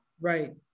Right